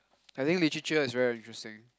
I think literature is very interesting